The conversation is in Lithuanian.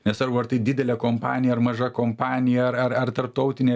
nesvarbu ar tai didelė kompanija ar maža kompanija ar ar ar tarptautinė